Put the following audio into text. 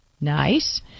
Nice